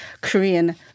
Korean